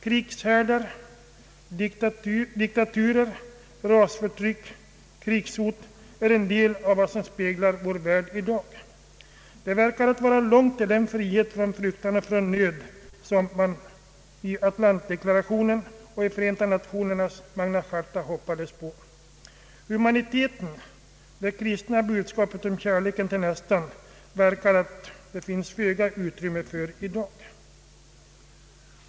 Krigshärdar, diktaturer, rasförtryck, krigshot är en del av vår värld i dag. Det verkar vara långt till den frihet från fruktan och nöd som författarna till Atlantdeklarationen och Förenta nationernas Magna charta hoppades på. Humaniteten, det kristna budskapet om kärleken till nästan, verkar det finnas föga utrymme för i dag.